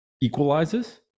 equalizes